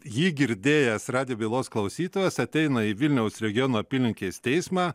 jį girdėjęs radijo bylos klausytojas ateina į vilniaus regiono apylinkės teismą